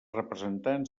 representants